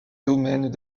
domaines